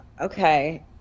okay